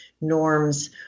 norms